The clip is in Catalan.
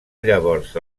llavors